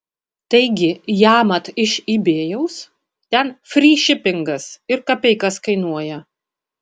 taigi jamat iš ibėjaus ten fry šipingas ir kapeikas kainuoja